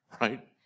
right